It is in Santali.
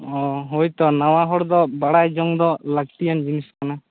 ᱚ ᱦᱳᱭ ᱛᱚ ᱱᱟᱶᱟ ᱦᱚᱲ ᱫᱚ ᱵᱟᱲᱟᱭ ᱡᱚᱝ ᱫᱚ ᱞᱟᱹᱠᱛᱤᱭᱟᱱ ᱡᱤᱱᱤᱥ ᱠᱟᱱᱟ